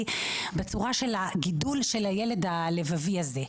בגידול הילד הלבבי הזה.